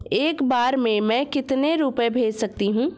एक बार में मैं कितने रुपये भेज सकती हूँ?